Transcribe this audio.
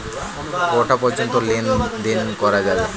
কটা পর্যন্ত লেন দেন করা যাবে?